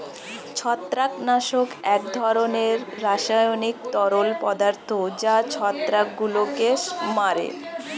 ছত্রাকনাশক এক ধরনের রাসায়নিক তরল পদার্থ যা ছত্রাকগুলোকে মারে